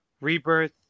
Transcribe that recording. rebirth